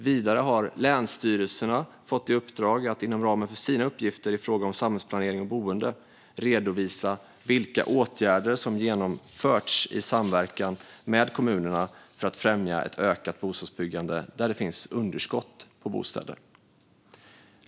Vidare har länsstyrelserna fått i uppdrag att, inom ramen för sina uppgifter i fråga om samhällsplanering och boende, redovisa vilka åtgärder som har genomförts i samverkan med kommunerna för att främja ett ökat bostadsbyggande där det finns underskott på bostäder.